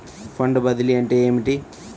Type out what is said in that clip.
Fund బదిలీ అంటే ఏమిటి?